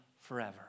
forever